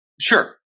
Sure